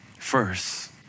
First